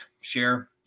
share